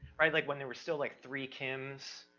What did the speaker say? right, like when they were still like three kims?